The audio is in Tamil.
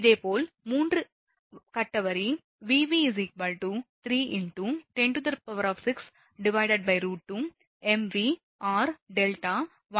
இதேபோல் 3 க்கு கட்ட வரி Vv 3 × 106 √2 mvrδ 1 0